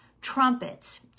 trumpets